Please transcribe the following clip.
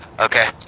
Okay